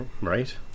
right